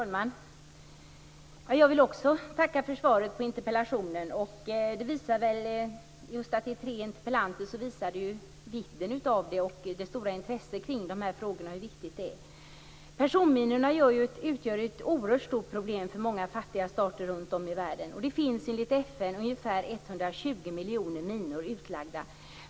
Fru talman! Jag vill också tacka för svaret på interpellationen. Just att det är tre interpellanter visar vidden av det här, att det är ett stort intresse kring de här frågorna och hur viktiga de är. Personminorna utgör ett oerhört stort problem för många fattiga stater runt om i världen. Och det finns enligt FN ungefär 120 miljoner minor utlagda.